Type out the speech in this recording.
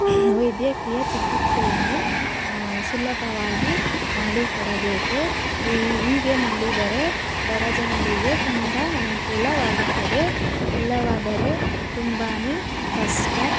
ವೈದ್ಯಕೀಯ ಚಿಕಿತ್ಸೆಯನ್ನು ಸುಲಭವಾಗಿ ಮಾಡಿ ಕೊಡಬೇಕು ಹೀಗೆ ಮಾಡಿದರೆ ಬಡ ಜನರಿಗೆ ತುಂಬ ಅನುಕೂಲವಾಗುತ್ತದೆ ಇಲ್ಲವಾದರೆ ತುಂಬಾ ಕಷ್ಟ